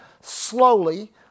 slowly